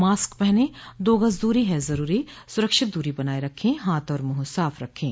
mask पहनें दो गज़ दूरी है ज़रूरी सुरक्षित दूरी बनाए रखें हाथ और मुंह साफ़ रखें